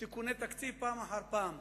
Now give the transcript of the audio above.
תיקוני תקציב פעם אחר פעם.